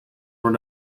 were